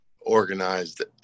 organized